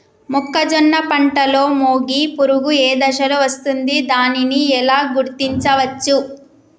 మొక్కజొన్న పంటలో మొగి పురుగు ఏ దశలో వస్తుంది? దానిని ఎలా గుర్తించవచ్చు?